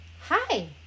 hi